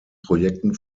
projekten